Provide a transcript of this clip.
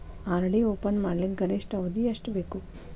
RD open ಮಾಡಲಿಕ್ಕ ಗರಿಷ್ಠ ಅವಧಿ ಎಷ್ಟ ಬೇಕು?